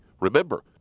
remember